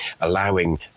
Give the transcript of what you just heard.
allowing